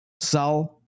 Sal